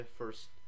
first